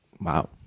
Wow